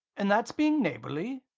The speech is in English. and that's being neighbourly!